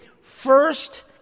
first